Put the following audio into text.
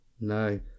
No